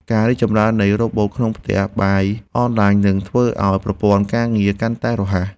ការរីកចម្រើននៃរ៉ូបូតក្នុងផ្ទះបាយអនឡាញ នឹងធ្វើឱ្យប្រព័ន្ធការងារកាន់តែរហ័ស។